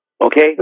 okay